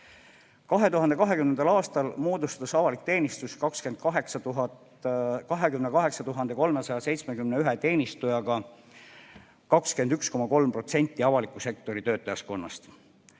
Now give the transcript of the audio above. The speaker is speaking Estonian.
aastal moodustas avalik teenistus 28 371 teenistujaga 21,3% avaliku sektori töötajaskonnast.